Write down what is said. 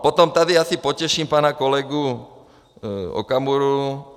Potom tady asi potěším pana kolegu Okamuru.